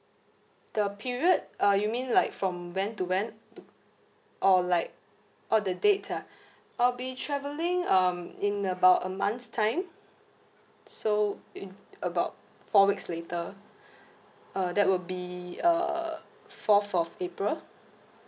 the period uh you mean like from when to when or like oh the date ah I'll be travelling um in about a month's time so in about four weeks later uh that would be uh fourth of april